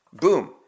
boom